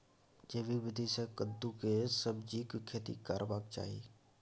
जैविक विधी से कद्दु के सब्जीक खेती करबाक चाही?